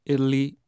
Italy